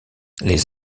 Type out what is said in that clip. les